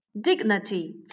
Dignity